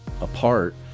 apart